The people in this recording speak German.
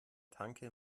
tanke